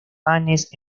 fanes